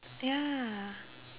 ya